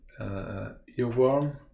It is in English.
earworm